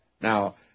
Now